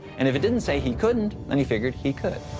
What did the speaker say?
and if it didn't say he couldn't, then he figured he could.